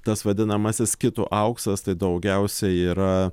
tas vadinamasis skitų auksas tai daugiausia yra